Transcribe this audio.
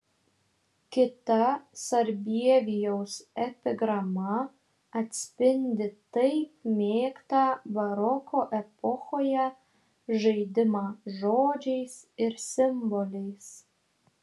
kita sarbievijaus epigrama atspindi taip mėgtą baroko epochoje žaidimą žodžiais ir simboliais